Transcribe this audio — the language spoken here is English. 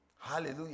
Hallelujah